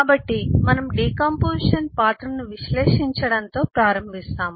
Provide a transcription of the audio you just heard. కాబట్టి మనము డికాంపొజిషన్ పాత్రను విశ్లేషించడంతో ప్రారంభిస్తాము